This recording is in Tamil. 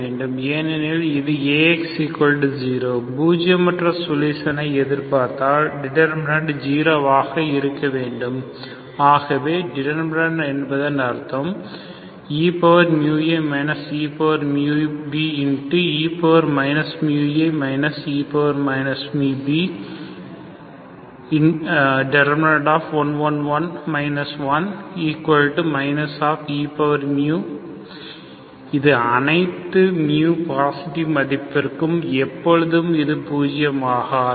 ஏனெனில் இது AX0 பூஜியமற்ற சொலுஷனை எதிர்பார்த்தால் டிடர்மினன்ட் 0 ஆக இருக்க வேண்டும் ஆகவே டிடர்மினன்ட் என்பதன் அர்த்தம் eμa eμbe μa e μb1 1 1 1 eμa eμbe μa e μb2≠0 இது அனைத்து μ பாசிட்டிவ் மதிப்பிற்கும் எப்பொழுதும் இது 0 ஆகாது